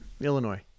Illinois